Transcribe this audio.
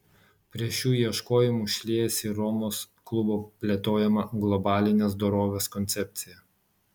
prie šių ieškojimų šliejasi ir romos klubo plėtojama globalinės dorovės koncepcija